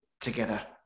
together